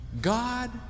God